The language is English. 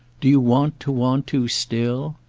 do you want to want to still?